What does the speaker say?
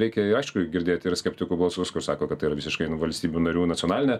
reikia aišku girdėti ir skeptikų balsus kur sako kad yra visiškai valstybių narių nacionalinė